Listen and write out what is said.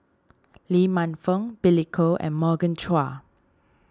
Lee Man Fong Billy Koh and Morgan Chua